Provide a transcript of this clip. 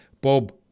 Bob